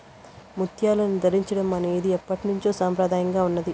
ముత్యాలను ధరించడం అనేది ఎప్పట్నుంచో సంప్రదాయంగా ఉన్నాది